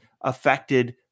affected